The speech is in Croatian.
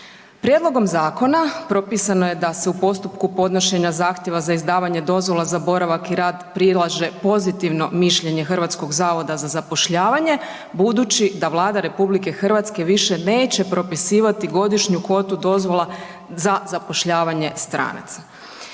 Prijedlogom zakona propisano je da se u postupku podnošenja zahtjeva za izdavanje dozvola za boravak i rad prilaže pozitivno mišljenje HZZZ-a, budući da Vlada više neće propisivati godišnju kvotu dozvola za zapošljavanje stranaca.